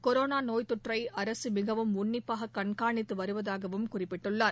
corona நோய்ததொற்றை அரசு மிகவும் உன்னிப்பாக கண்காணித்து வருவதாகவும் குறிப்பிட்டுள்ளார்